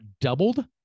doubled